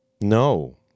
No